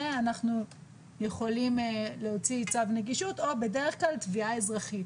אנחנו יכולים להוציא צו נגישות או בדרך כלל תביעה אזרחית.